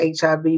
HIV